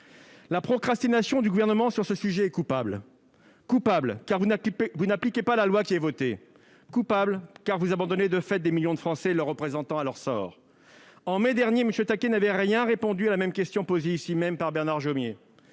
La procrastination du Gouvernement sur ce sujet est coupable : coupable, car vous n'appliquez pas la loi qui a été votée ; coupable, car vous abandonnez, de fait, des millions de Français et leurs représentants à leur sort. En mai dernier, M. Taquet n'avait rien répondu à la même question posée ici même par Bernard Jomier.